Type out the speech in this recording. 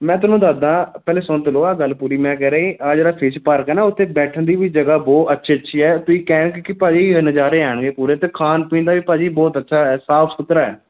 ਮੈਂ ਤੈਨੂੰ ਦੱਸਦਾ ਪਹਿਲੇ ਸੁਣ ਤਾਂ ਲਓ ਇਹ ਗੱਲ ਪੂਰੀ ਮੈਂ ਕਹਿ ਰਿਹਾ ਸੀ ਇਹ ਜਿਹੜਾ ਫਿਸ਼ ਪਾਰਕ ਹੈ ਨਾ ਉੱਥੇ ਬੈਠਣ ਦੀ ਵੀ ਜਗ੍ਹਾ ਬਹੁਤ ਅੱਛੀ ਅੱਛੀ ਹੈ ਤੁਸੀਂ ਕਹਿਣਗੇ ਕਿ ਭਾਅ ਜੀ ਨਜ਼ਾਰੇ ਆਉਣਗੇ ਪੂਰੇ ਅਤੇ ਖਾਣ ਪੀਣ ਦਾ ਵੀ ਭਾਜੀ ਬਹੁਤ ਅੱਛਾ ਹੈ ਸਾਫ ਸੁਥਰਾ ਹੈ